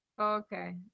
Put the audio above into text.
Okay